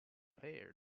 player